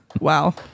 Wow